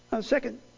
Second